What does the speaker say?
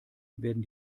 werden